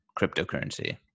cryptocurrency